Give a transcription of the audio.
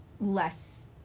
less